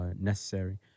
necessary